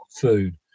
food